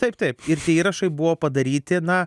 taip taip ir tie įrašai buvo padaryti na